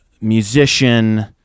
musician